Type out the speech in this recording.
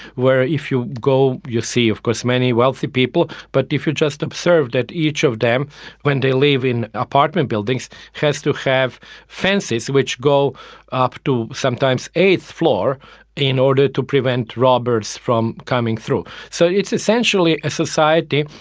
where if you go you see of course many wealthy people but if you just observe that each of them when they live in apartment buildings has to have fences which go up to sometimes the eighth floor in order to prevent robbers from coming through. so it's essentially a society,